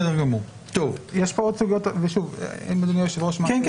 אין בעיה.